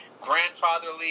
grandfatherly